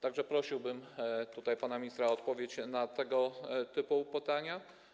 Tak że prosiłbym tutaj pana ministra o odpowiedź na tego typu pytania.